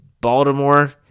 Baltimore